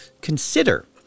Consider